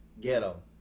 ghetto